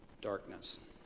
darkness